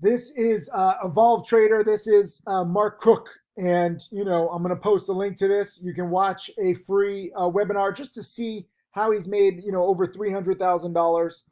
this is a evolved trader, this is a mark croock. and you know, i'm gonna post the link to this. you can watch a free ah webinar just to see how he's made, you know, over three hundred thousand dollars